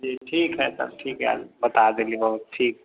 जी ठीक है तब ठीक है बताए देली बहुत ठीक